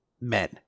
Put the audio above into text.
men